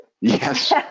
Yes